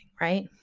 right